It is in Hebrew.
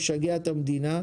משגע את המדינה,